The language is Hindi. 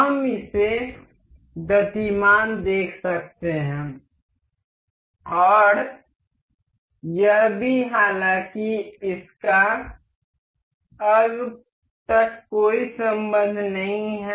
हम इसे गतिमान देख सकते हैं और यह भी हालांकि इसका अब तक कोई संबंध नहीं है